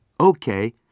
Okay